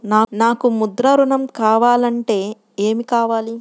నాకు ముద్ర ఋణం కావాలంటే ఏమి కావాలి?